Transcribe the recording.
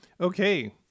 Okay